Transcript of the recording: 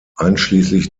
einschließlich